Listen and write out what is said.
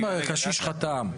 אם הקשיש חתם,